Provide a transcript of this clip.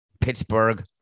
Pittsburgh